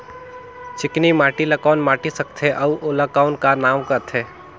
चिकनी माटी ला कौन माटी सकथे अउ ओला कौन का नाव काथे?